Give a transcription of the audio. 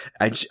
I-